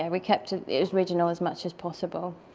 yeah we kept it original as much as possible.